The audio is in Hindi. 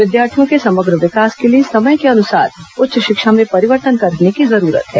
विद्यार्थियों के समग्र विकास के लिए समय के अनुसार उच्च शिक्षा में परिवर्तन करने की जरूरत है